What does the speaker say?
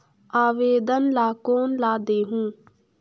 आवेदन ला कोन ला देहुं?